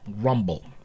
Rumble